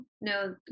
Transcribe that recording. no